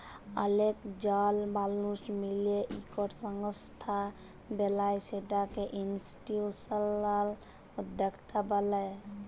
অলেক জল মালুস মিলে ইকট সংস্থা বেলায় সেটকে ইনিসটিটিউসলাল উদ্যকতা ব্যলে